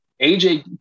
AJ